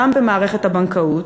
גם במערכת הבנקאות,